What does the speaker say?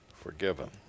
forgiven